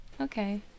Okay